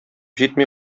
җитми